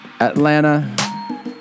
atlanta